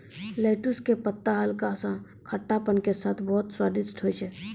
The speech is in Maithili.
लैटुस के पत्ता हल्का सा खट्टापन के साथॅ बहुत स्वादिष्ट होय छै